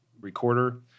recorder